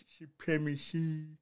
supremacy